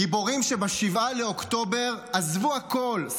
גיבורים שב-7 באוקטובר עזבו הכול,